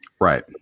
Right